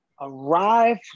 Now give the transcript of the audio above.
arrive